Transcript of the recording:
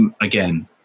again